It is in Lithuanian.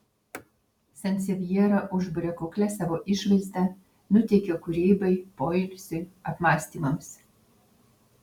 sansevjera užburia kuklia savo išvaizda nuteikia kūrybai poilsiui apmąstymams